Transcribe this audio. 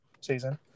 season